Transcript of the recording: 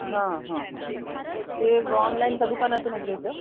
हा हा हा ते ऑनलाईन त्या दुकानातूनच घ्यायचं